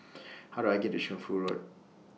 How Do I get to Shunfu Road